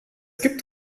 gibt